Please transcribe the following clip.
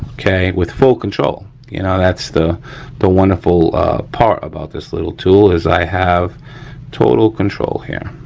okay, with full control. you know, that's the the wonderful part about this little tool is i have total control here.